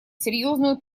серьезную